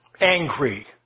Angry